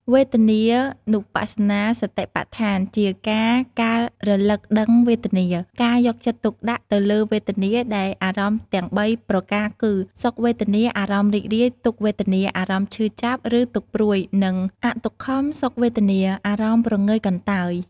វេទនានុបស្សនាសតិប្បដ្ឋាន ជាការការរលឹកដឹងវេទនា ការយកចិត្តទុកដាក់ទៅលើវេទនា ដែលអារម្មណ៍ទាំងបីប្រការគឺ សុខវេទនា អារម្មណ៍រីករាយ ទុក្ខវេទនា អារម្មណ៍ឈឺចាប់ឬទុក្ខព្រួយ និង អទុក្ខមសុខវេទនា អារម្មណ៍ព្រងើយកន្តើយ។